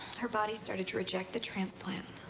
her body started to reject the transplant.